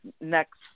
next